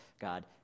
God